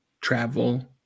travel